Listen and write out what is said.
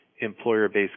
employer-based